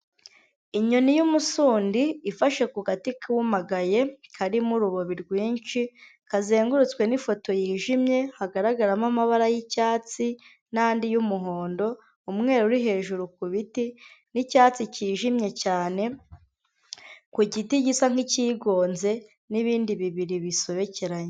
Inyoni y'umusundi ifashe ku gati kumagaye, karimo urubobi rwinshi kazengurutswe n'ifoto yijimye, hagaragaramo amabara y'icyatsi n'andi y'umuhondo, umweru uri hejuru ku biti, n'icyatsi cyijimye cyane ku giti gisa nk'icyigonze, n'ibindi bibiri bisobekeranye.